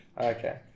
Okay